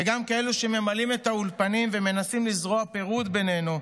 וגם לאלו שממלאים את האולפנים ומנסים לזרוע פירוד בינינו,